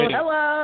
Hello